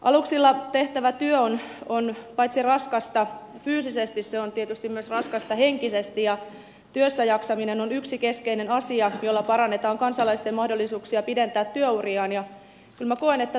aluksilla tehtävä työ on paitsi raskasta fyysisesti tietysti myös raskasta henkisesti ja työssäjaksaminen on yksi keskeinen asia jolla parannetaan kansalaisten mahdollisuuksia pidentää työuriaan